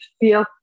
feel